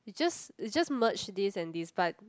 it just it just merge this and this but